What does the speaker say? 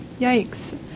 yikes